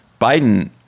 Biden